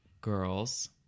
girls